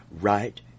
right